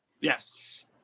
Yes